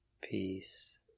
peace